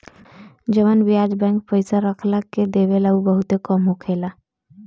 जवन ब्याज बैंक पइसा रखला के देवेला उ बहुते कम होखेला